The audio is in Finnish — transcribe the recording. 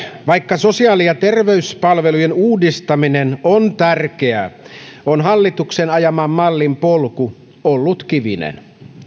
vaikka sosiaali ja terveyspalvelujen uudistaminen on tärkeää on hallituksen ajaman mallin polku ollut kivinen